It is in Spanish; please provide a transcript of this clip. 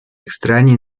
extraña